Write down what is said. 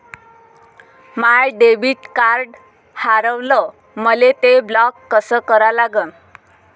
माय debit card हारवलं, मले ते ब्लॉक कस करा लागन?